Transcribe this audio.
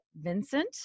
Vincent